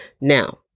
Now